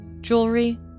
jewelry